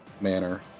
manner